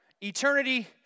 eternity